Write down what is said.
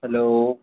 hello